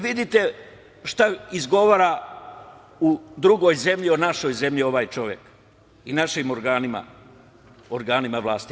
Vidite šta izgovara u drugoj zemlji o našoj zemlji ovaj čovek i o našim organima vlasti.